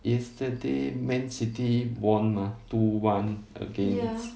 yesterday man city won mah two one against